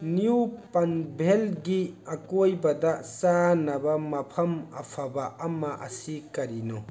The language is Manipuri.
ꯅ꯭ꯌꯨ ꯄꯟꯚꯦꯜꯒꯤ ꯑꯀꯣꯏꯕꯗ ꯆꯥꯅꯕ ꯃꯐꯝ ꯑꯐꯕ ꯑꯃ ꯑꯁꯤ ꯀꯔꯤꯅꯣ